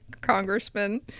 congressman